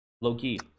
Low-key